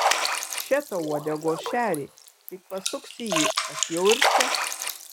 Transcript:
še tau uodegos šerį tik pasuksi jį aš jau ir čia